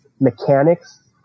mechanics